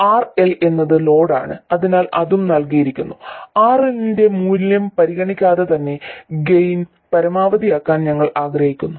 കൂടാതെ RL എന്നത് load ആണ് അതിനാൽ ഇതും നൽകിയിരിക്കുന്നു RL ന്റെ മൂല്യം പരിഗണിക്കാതെ തന്നെ ഗെയിൻ പരമാവധിയാക്കാൻ ഞങ്ങൾ ആഗ്രഹിക്കുന്നു